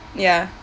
ya